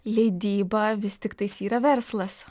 leidyba vis tiktais yra verslas